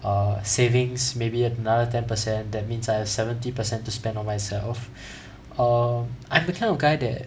err savings maybe another ten percent that means I have seventy percent to spend on myself err I'm the kind of guy that